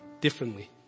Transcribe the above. differently